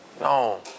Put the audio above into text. No